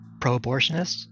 pro-abortionists